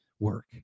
work